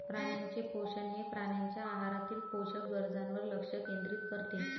प्राण्यांचे पोषण हे प्राण्यांच्या आहारातील पोषक गरजांवर लक्ष केंद्रित करते